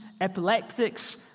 epileptics